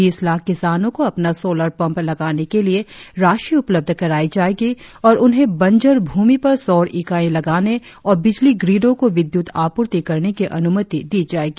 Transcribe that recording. बीस लाख किसानों को अपना सोलर पंप लगाने के लिए राशि उपलब्ध कराई जाएगी और उन्हें बंजर भूमि पर सौर इकाई लगाने और बिजली ग्रिडों को विद्युत आपूर्ति करने की अनुमति दी जाएगी